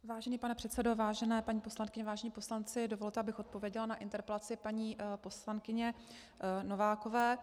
Vážený pane předsedo, vážená paní poslankyně, vážení poslanci, dovolte, abych odpověděla na interpelaci paní poslankyně Novákové.